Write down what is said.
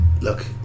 look